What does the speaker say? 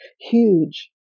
huge